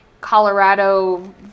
Colorado